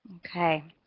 okay,